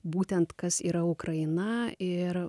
būtent kas yra ukraina ir